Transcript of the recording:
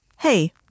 Hey